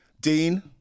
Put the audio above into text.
Dean